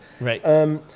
Right